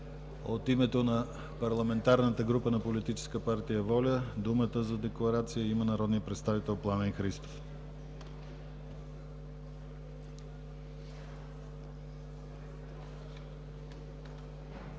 От името на парламентарната група на Политическа партия „Воля“ думата за декларация има народният представител Пламен Христов.